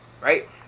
right